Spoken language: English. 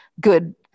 good